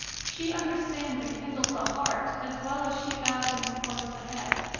she understands and kindles the heart as well as she guides and informs the head.